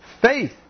faith